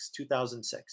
2006